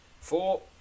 Four